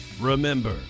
Remember